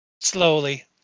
slowly